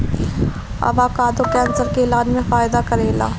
avocado cancer के इलाज में फायदा करेला